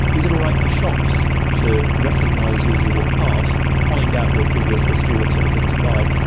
is it all right for shops to recognise you as you walk past, find out your previous history, what sort of things you buy,